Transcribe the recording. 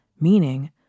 meaning